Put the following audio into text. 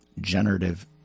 generative